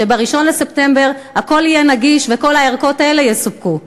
שב-1 בספטמבר הכול יהיה נגיש וכל הערכות האלה יסופקו.